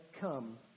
come